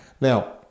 Now